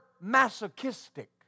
masochistic